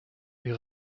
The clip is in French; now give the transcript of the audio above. est